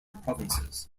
provinces